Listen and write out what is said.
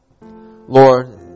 Lord